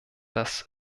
das